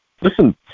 Listen